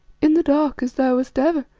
in the dark, as thou wast ever,